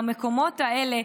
והמקומות האלה,